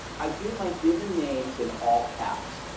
i do my given names in all caps,